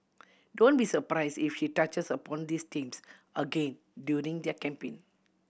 don't be surprise if she touches upon these themes again during their campaign